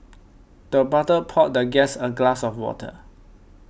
the butler poured the guest a glass of water